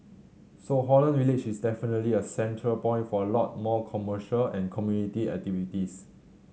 so Holland Village is definitely a central point for a lot more commercial and community activities